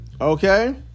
Okay